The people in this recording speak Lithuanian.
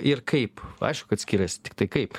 ir kaip aišku kad skiriasi tiktai kaip